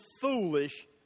foolish